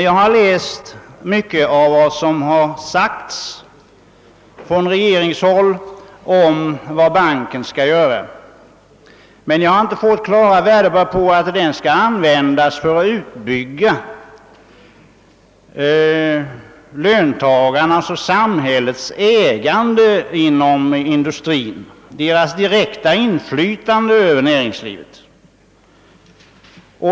Jag har emellertid tagit del av det som sagts från regeringshåll om vad banken skall göra, men jag har inte funnit något klart besked om att den skall användas till att utbygga löntagarnas och samhällets ägande av industrin eller deras direkta inflytande över näringslivet.